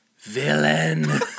villain